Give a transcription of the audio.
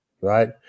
right